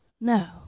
No